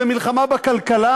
זו מלחמה בכלכלה.